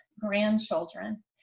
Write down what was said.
grandchildren